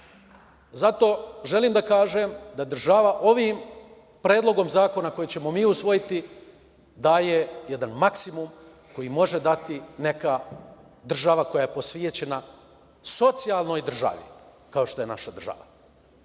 želim da kažem, da država ovim Predlogom zakona koji ćemo mi usvojiti daje jedan maksimum koji može dati neka država koja je posvećena socijalnoj državi, kao što je naša